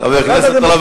גירוש,